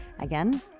Again